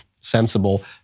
sensible